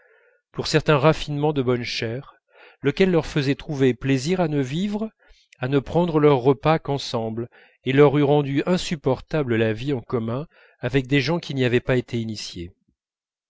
pour certains raffinements de bonne chère lequel leur faisait trouver plaisir à ne vivre à ne prendre leurs repas qu'ensemble et leur eût rendu insupportable la vie en commun avec des gens qui n'y avaient pas été initiés